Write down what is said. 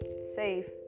safe